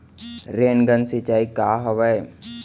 Rain gun सिंचाई का हवय?